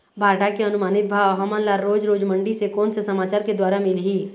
भांटा के अनुमानित भाव हमन ला रोज रोज मंडी से कोन से समाचार के द्वारा मिलही?